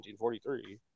1943